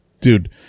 dude